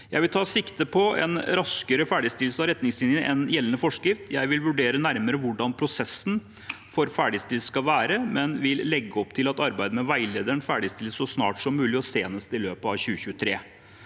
Jeg vil ta sikte på en raskere ferdigstillelse av retningslinjene enn gjeldende forskrift. Jeg vil vurdere nærmere hvordan prosessen for ferdigstillelse skal være, men vil legge opp til at arbeidet med veilederen ferdigstilles så snart som mulig og senest i løpet av 2023.